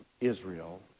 Israel